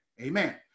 amen